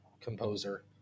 composer